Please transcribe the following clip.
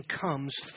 comes